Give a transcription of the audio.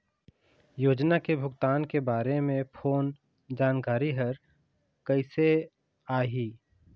योजना के भुगतान के बारे मे फोन जानकारी हर कइसे आही?